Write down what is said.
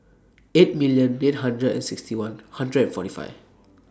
eight million eight hundred and sixty one hundred and forty five